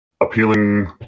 appealing